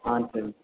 ஆ சரிங்க